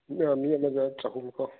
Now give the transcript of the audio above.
ꯑꯥ ꯃꯤ ꯑꯃꯗ ꯆꯍꯨꯝꯀꯣ